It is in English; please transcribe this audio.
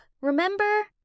remember